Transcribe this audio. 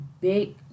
big